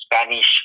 Spanish